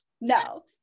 no